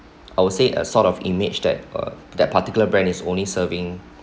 I would say a sort of image that uh that particular brand is only serving